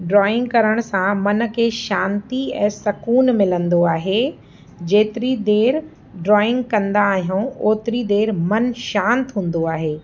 drawing करण सां मन खे शांती ऐं सक़ुन मिलंदो आहे जेतिरी देरि ड्रॉइंग कंदा आहियूं ओतिरी देरि मन शांति हूंदो आहे